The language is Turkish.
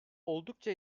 oldukça